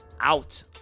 out